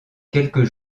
quelques